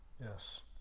Yes